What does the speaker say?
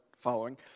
following